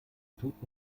tut